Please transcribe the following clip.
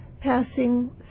passing